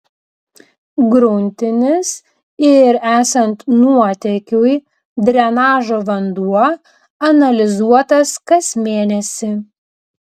gruntinis ir esant nuotėkiui drenažo vanduo analizuotas kas mėnesį